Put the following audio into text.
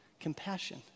compassion